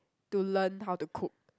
to learn how to cook